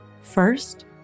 First